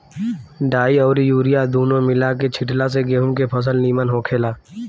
डाई अउरी यूरिया दूनो मिला के छिटला से गेंहू के फसल निमन होखेला